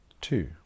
two